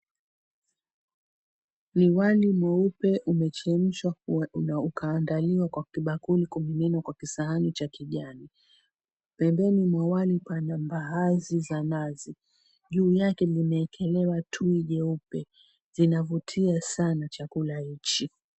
Ni wali mweupe umechemshwa na ukaandaliwa kwa kibakuli na mwingine kwa kisahani cha kijani. Pembeni mwa wali pana mbaazi za nazi. Juu yake limeekelewa tui jeupe. Zinavutia sana chakula hichi.